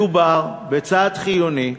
מדובר בצעד חיוני,